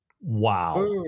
Wow